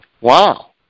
Wow